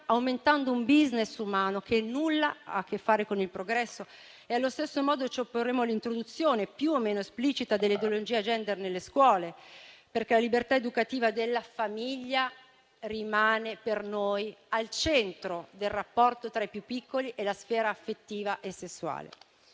aumentando un *business* umano che nulla ha a che fare con il progresso. Allo stesso modo ci opporremo all'introduzione, più o meno esplicita, dell'ideologia *gender* nelle scuole, perché la libertà educativa della famiglia rimane per noi al centro del rapporto tra i più piccoli e la sfera affettiva e sessuale.